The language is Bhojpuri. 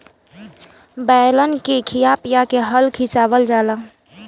बैलन के खिया पिया के हल खिचवावल जाला